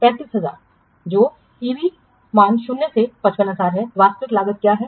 35000 जो ईवी मान शून्य से 55000 है वास्तविक लागत क्या है